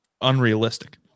unrealistic